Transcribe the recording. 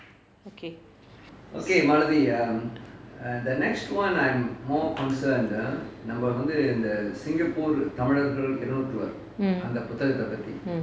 okay mm mm